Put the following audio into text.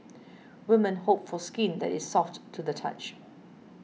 women hope for skin that is soft to the touch